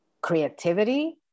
Creativity